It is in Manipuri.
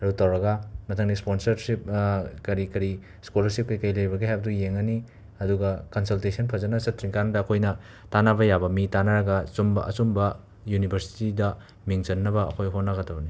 ꯑꯗꯨ ꯇꯧꯔꯒ ꯃꯊꯪꯗ ꯁ꯭ꯄꯣꯟꯁꯔꯁꯤꯞ ꯀꯔꯤ ꯀꯔꯤ ꯁ꯭ꯀꯣꯂꯥꯔꯁꯤꯞ ꯀꯩ ꯀꯩ ꯂꯩꯕꯒꯦ ꯍꯥꯏꯕꯗꯨ ꯌꯦꯡꯉꯅꯤ ꯑꯗꯨꯒ ꯀꯟꯁꯜꯇꯦꯁꯟ ꯐꯖꯅ ꯆꯠꯇ꯭ꯔꯤꯀꯥꯟꯗ ꯑꯩꯈꯣꯏꯅ ꯇꯥꯟꯅꯕ ꯌꯥꯕ ꯃꯤ ꯇꯥꯟꯅꯔꯒ ꯆꯨꯝꯕ ꯑꯆꯨꯝꯕ ꯌꯨꯅꯤꯕꯔꯁꯤꯇꯤꯗ ꯃꯤꯡ ꯆꯟꯅꯕ ꯑꯩꯈꯣꯏ ꯍꯣꯠꯅꯒꯗꯕꯅꯤ